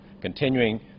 continuing